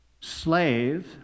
slave